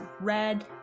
red